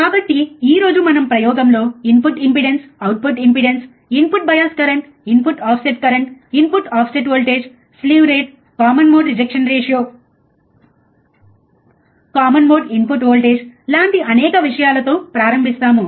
కాబట్టి ఈ రోజు మనం ప్రయోగంలో input impedance output impedance input bias current input offset current input offset voltage slew rate common mode rejection ratio common mode input voltage లాంటి అనేక విషయాలతో ప్రారంభిస్తాము